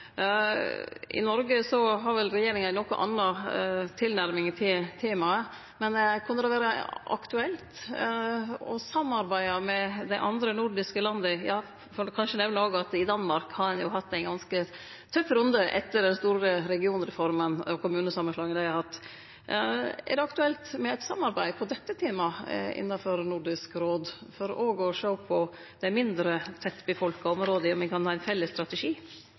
I Noreg har vel regjeringa ei noka anna tilnærming til temaet. Eg får kanskje òg nemne at i Danmark har ein hatt ein ganske tøff runde etter den store regionreforma og kommunesamanslåinga der. Er det aktuelt med eit samarbeid om dette temaet innanfor Nordisk råd, for òg å sjå på dei mindre tettbygde områda, om ein kan ha ein felles strategi?